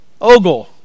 Ogle